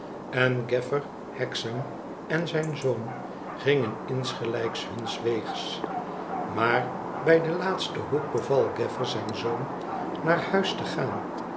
hexam en zijn zoon gingen insgelijks huns weegs maar bij den laatsten hoek beval gaffer zijn zoon naar huis te gaan